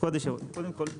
קודם כל,